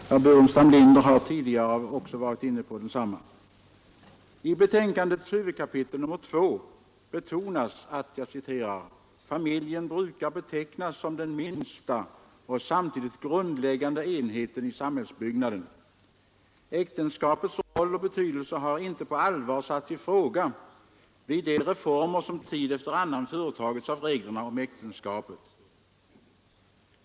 Herr talman! En för vårt land och folk ytterst betydelsefull fråga kan komma att behandlas av riksdagen under vårsessionen. Jag avser betänkandet SOU 1972:41 från familjelagssakkunniga med titeln Familj och äktenskap. Remissyttranden torde för närvarande studeras i justitiedepartementet. Jag ber att på detta förberedande stadium få framföra några synpunkter på frågan. Herr Burenstam Linder har tidigare varit inne på densamma, I betänkandets huvudkapitel, nr 2, betonas att familjen ”brukar betecknas som den minsta och samtidigt grundläggande enheten i samhällsbyggnaden”. Man säger också: ”Äktenskapets roll och betydelse har inte på allvar satts i fråga vid de reformer som tid efter annan företagits av reglerna om äktenskapet.